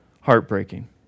heartbreaking